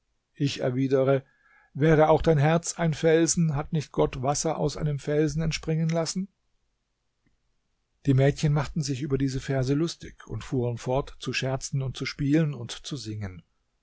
ich erwidere wäre auch dein herz ein felsen hat nicht gott wasser aus einem felsen entspringen lassen die mädchen machten sich über diese verse lustig und fuhren fort zu scherzen und zu spielen und zu singen